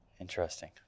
Interesting